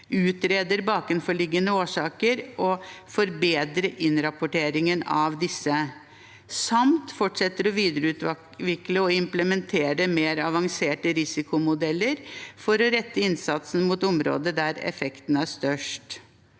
utreder bakenforliggende årsaker og forbedrer innrapporteringen av disse samt fortsetter å videreutvikle og implementere mer avanserte risikomodeller for å rette innsatsen mot områder der effekten er størst.